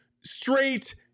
straight